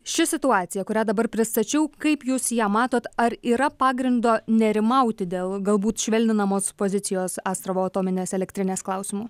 ši situacija kurią dabar pristačiau kaip jūs ją matot ar yra pagrindo nerimauti dėl galbūt švelninamos pozicijos astravo atominės elektrinės klausimu